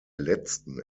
letzten